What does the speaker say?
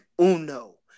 uno